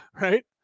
Right